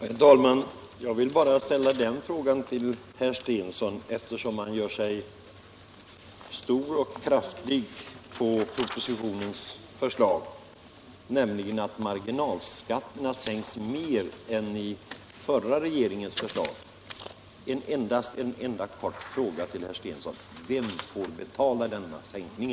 Herr talman! Jag vill bara ställa en fråga till herr Stensson, eftersom han gör sig stor och kraftig på propositionens förslag, nämligen att marginalskatterna sänks mer än i förra regeringens förslag. En enda kort fråga till herr Stensson: Vem får betala denna sänkning?